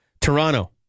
Toronto